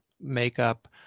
makeup